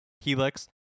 Helix